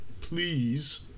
please